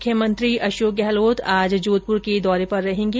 मुख्यमंत्री अशोक गहलोत आज जोधपुर के दौरे पर रहेंगे